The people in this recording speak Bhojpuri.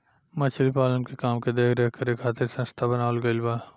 मछली पालन के काम के देख रेख करे खातिर संस्था बनावल गईल बा